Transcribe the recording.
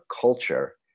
culture